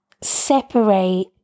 separate